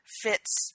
fits